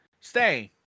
stay